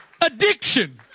Addiction